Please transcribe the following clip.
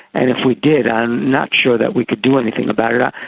and if we did i'm not sure that we could do anything about it. um